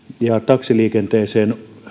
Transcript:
ja taksiliikenteessä